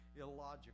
illogical